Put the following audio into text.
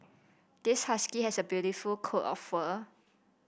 this husky has a beautiful coat of fur